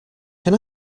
can